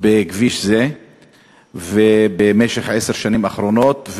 בכביש זה בעשר השנים האחרונות,